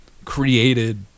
Created